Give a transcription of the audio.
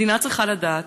המדינה צריכה לדעת